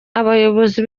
abayobozi